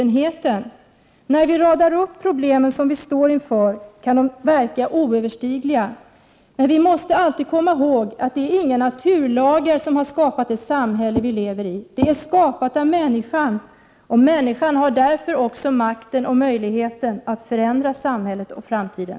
När vi radar upp de problem som vi står inför kan de verka oöverstigliga. Vi måste emellertid alltid komma ihåg att det inte är naturlagar som har skapat den miljö vi lever i. Den är skapad av människan. Människan har därför också makten och möjligheten att förändra samhället i framtiden.